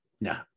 no